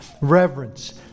reverence